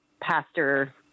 pastor